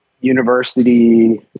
university